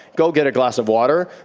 go get a glass of water,